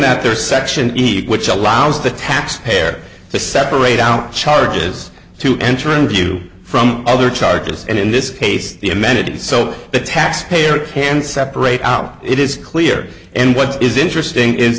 that there are sections eek which allows the taxpayer to separate out charges to enter and view from other charges and in this case the amenities so the taxpayer can separate out it is clear and what is interesting is